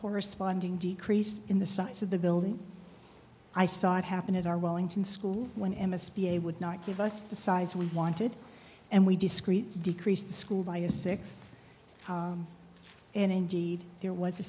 corresponding decrease in the size of the building i saw it happen at our wellington school when m s p a would not give us the size we wanted and we discreetly decreased the school by a six and indeed there was a